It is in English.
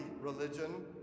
religion